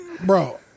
bro